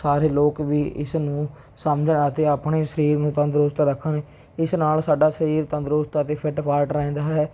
ਸਾਰੇ ਲੋਕ ਵੀ ਇਸ ਨੂੰ ਸਮਝਣ ਅਤੇ ਆਪਣੇ ਸਰੀਰ ਨੂੰ ਤੰਦਰੁਸਤ ਰੱਖਣ ਇਸ ਨਾਲ ਸਾਡਾ ਸਰੀਰ ਤੰਦਰੁਸਤ ਅਤੇ ਫਿੱਟ ਫਾਟ ਰਹਿੰਦਾ ਹੈ